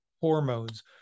hormones